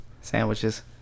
Sandwiches